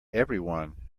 everyone